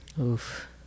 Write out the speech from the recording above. oof